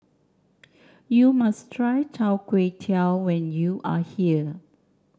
you must try Chai Tow Kway when you are here